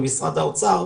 עם משרד האוצר,